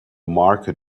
market